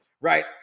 right